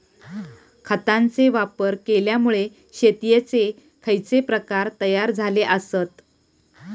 खतांचे वापर केल्यामुळे शेतीयेचे खैचे प्रकार तयार झाले आसत?